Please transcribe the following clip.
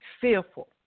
fearful